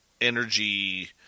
energy